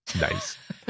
nice